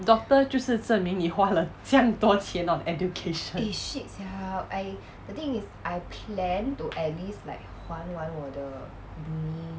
doctor 就是证明你花了这样多钱 on education